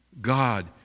God